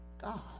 God